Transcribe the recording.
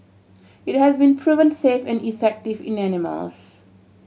it has been proven safe and effective in animals